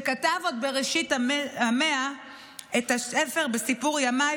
שכתב עוד בראשית המאה את הספר "בסיפור ימיי"